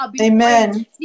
Amen